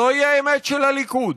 זוהי האמת של הליכוד: